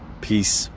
peace